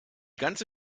ganze